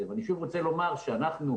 מחקר שעוסקים